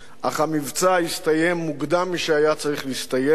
אך המבצע הסתיים מוקדם משהיה צריך להסתיים,